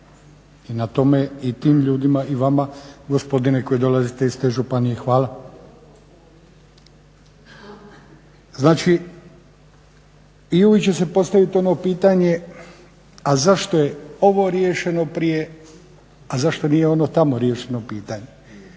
i na tome i tim ljudima i vama gospodine koji dolazite iz te županije, hvala. Znači, ili će postaviti ono pitanje, a za što je ovo riješeno prije, a zašto nije ono tamo riješeno pitanje?